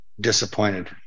disappointed